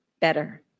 better